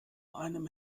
einem